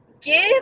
Give